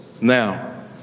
Now